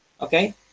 okay